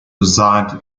reside